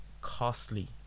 costly